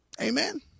Amen